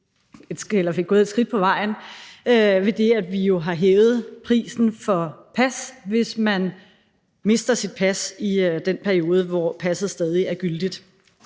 fik taget et skridt på vejen, ved at vi jo har hævet prisen for pas, hvis man mister sit pas i den periode, hvor passet stadig er gyldigt.